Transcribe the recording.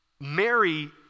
Mary